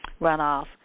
runoff